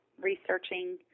researching